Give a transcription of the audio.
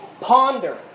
Ponder